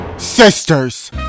SISTERS